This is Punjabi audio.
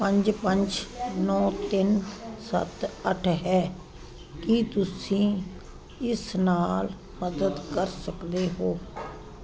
ਪੰਜ ਪੰਜ ਨੌ ਤਿੰਨ ਸੱਤ ਅੱਠ ਹੈ ਕੀ ਤੁਸੀਂ ਇਸ ਨਾਲ ਮਦਦ ਕਰ ਸਕਦੇ ਹੋ